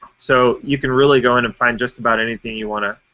so, you can really go in and find just about anything you want to